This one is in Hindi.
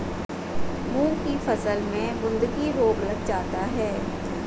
मूंग की फसल में बूंदकी रोग लग जाता है